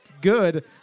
good